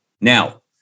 now